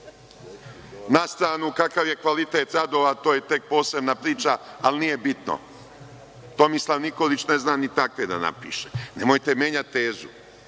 Na stranu kakav je kvalitet radova, to je tek posebna priča, ali nije bitno, Tomislav Nikolić ne zna ni takve da napiše. Nemojte menjati tezu,